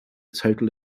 total